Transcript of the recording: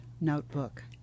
notebook